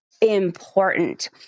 important